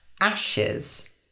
Ashes